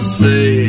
say